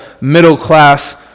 middle-class